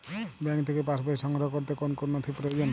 Bank থেকে passbook সংগ্রহ করতে কোন কোন নথি প্রয়োজন?